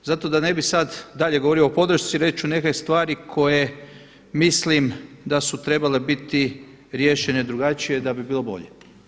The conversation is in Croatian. Zato da ne bih sad dalje govorio o podršci reći ću neke stvari koje mislim da su trebale biti riješene drugačije da bi bilo bolje.